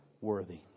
worthy